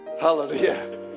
Hallelujah